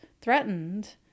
threatened